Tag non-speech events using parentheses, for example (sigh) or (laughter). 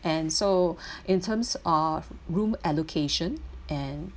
and so (breath) in terms of room allocation and